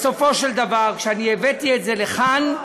בסופו של דבר, כשאני הבאתי את זה לכאן,